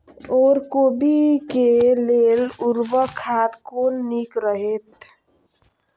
ओर कोबी के लेल उर्वरक खाद कोन नीक रहैत?